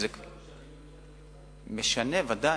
משנה, בוודאי.